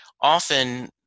often